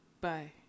bye